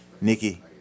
Nikki